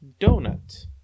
donut